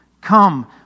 come